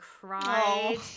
cried